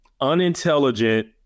unintelligent